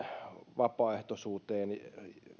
vapaaehtoisuuteen